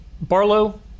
Barlow